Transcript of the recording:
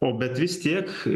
o bet vis tiek